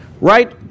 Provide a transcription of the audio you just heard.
Right